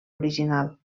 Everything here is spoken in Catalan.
original